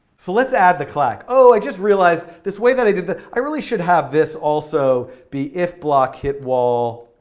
so let's add the clack. oh, i just realized, this way that i did that, i really should have this also be if block hitwall,